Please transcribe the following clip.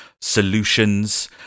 Solutions